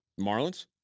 Marlins